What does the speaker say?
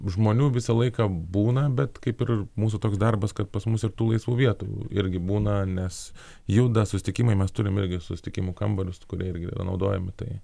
žmonių visą laiką būna bet kaip ir mūsų toks darbas kad pas mus ir tų laisvų vietų irgi būna nes juda susitikimai mes turim irgi susitikimų kambarius kurie irgi yra naudojami tai